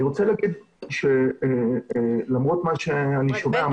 אני רוצה להגיד שלמרות מה שאני שומע,